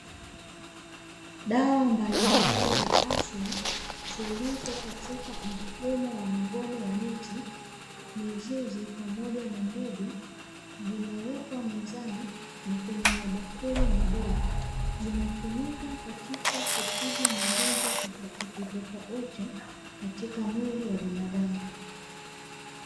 Dawa mbalimbali za asili zilizo katika mfumo wa magome ya miti, mizizi pamoja na mbegu zimewekwa mezani na kwenye mabakuli madogo, zinatumika katika kutibu magonjwa tofautitofauti katika mwili wa binadamu.